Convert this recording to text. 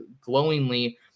glowingly